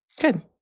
Good